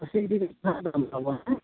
ᱠᱟᱹᱥᱤ ᱡᱩᱫᱤ ᱛᱟᱵᱚᱱ ᱦᱮᱸ